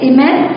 Amen